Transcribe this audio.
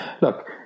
look